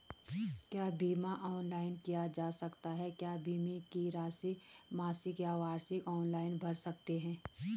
क्या बीमा ऑनलाइन किया जा सकता है क्या बीमे की राशि मासिक या वार्षिक ऑनलाइन भर सकते हैं?